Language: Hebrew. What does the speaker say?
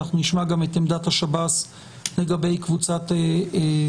אנחנו נשמע גם את עמדת השב"ס לגבי קבוצת האסירים.